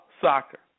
soccer